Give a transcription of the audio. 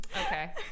Okay